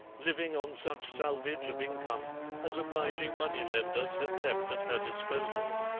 living on such salvage of income as obliging moneylenders have left at her disposal.